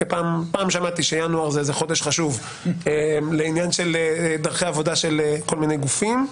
פעם שמעתי שינואר זה חודש חשוב לעניין של דרכי עבודה של כל מיני גופים.